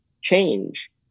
change